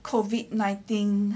COVID nineteen